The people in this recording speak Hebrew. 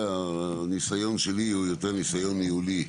הניסיון שלי הוא יותר ניסיון ניהולי,